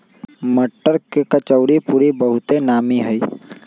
मट्टर के कचौरीपूरी बहुते नामि हइ